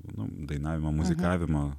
nu dainavimą muzikavimą